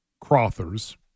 Crothers